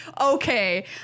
okay